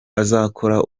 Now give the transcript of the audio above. azakora